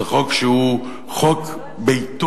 זה חוק שהוא חוק בעתו,